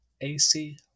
ac